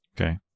Okay